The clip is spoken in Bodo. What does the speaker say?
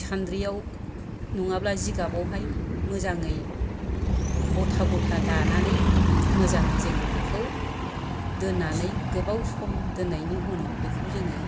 सान्द्रिआव नङाब्ला जिगाबाव हाय मोजाङै गथा गथा दानानै मोजाङै जोङो बेखौ दोननानै गोबाव सम दोननायनि उनाव बेखौ जोङो